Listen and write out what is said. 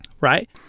right